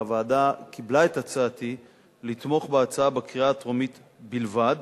הוועדה קיבלה את הצעתי לתמוך בהצעה בקריאה הטרומית בלבד,